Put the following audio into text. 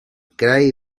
krai